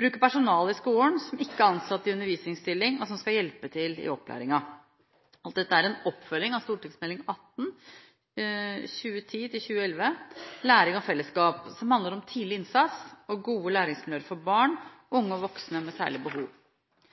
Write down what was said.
bruk av personale i skolen som ikke er ansatt i undervisningsstilling, og som skal hjelpe til i opplæringen. Alt dette er en oppfølging av Meld. St. 18 for 2010–2011, Læring og fellesskap, som handler om tidlig innsats og gode læringsmiljøer for barn, unge og voksne med særlige behov.